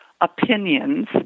opinions